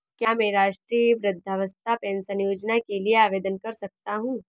क्या मैं राष्ट्रीय वृद्धावस्था पेंशन योजना के लिए आवेदन कर सकता हूँ?